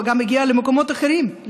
וגם הגיעה למקומות אחרים,